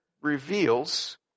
reveals